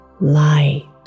light